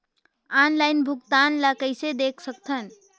Online भुगतान ल कइसे देख सकथन?